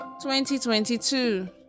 2022